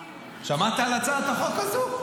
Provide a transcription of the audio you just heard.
שמעת על הצעת החוק הזאת?